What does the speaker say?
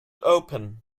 open